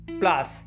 plus